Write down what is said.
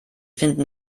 finden